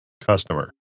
customer